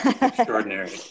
extraordinary